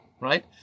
right